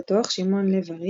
בתוך שמעון לב-ארי,